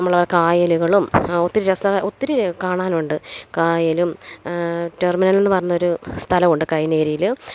നമ്മളെ കായലുകളും ഒത്തിരി രസക ഒത്തിരി കാണാനൊണ്ട് കായലും ടെര്മിനലില്നിന്ന് പറഞ്ഞൊരു സ്ഥലമുണ്ട് കൈനേരിയില്